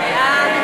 קבוצת מרצ,